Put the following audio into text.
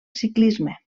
ciclisme